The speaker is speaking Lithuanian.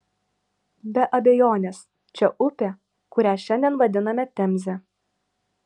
be abejonės čia upė kurią šiandien vadiname temze